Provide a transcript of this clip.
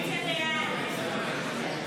כהצעת הוועדה, נתקבל.